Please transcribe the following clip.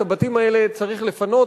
את הבתים האלה צריך לפנות,